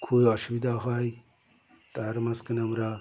খুবই অসুবিধা হয় তার মাঝখানে আমরা